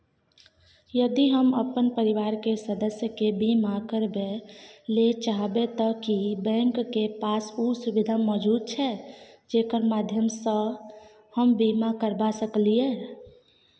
यदि हम अपन परिवार के सदस्य के बीमा करबे ले चाहबे त की बैंक के पास उ सुविधा मौजूद छै जेकर माध्यम सं हम बीमा करबा सकलियै?